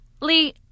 Lee